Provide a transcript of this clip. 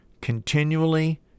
Continually